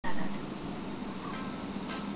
কিভাবে বিদ্যুৎ বিল দেবো?